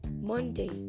Monday